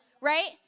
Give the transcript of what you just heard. right